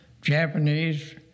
Japanese